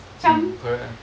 macam